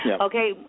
Okay